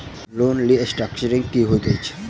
Loan restructuring की होइत अछि?